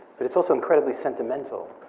but it's also incredibly sentimental.